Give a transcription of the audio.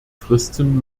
fristen